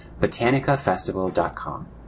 botanicafestival.com